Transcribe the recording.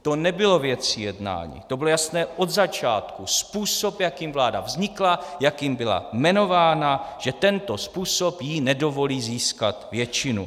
To nebyla věc jednání, to bylo jasné od začátku způsob, jakým vláda vznikla, jakým byla jmenována, že tento způsob jí nedovolí získat většinu.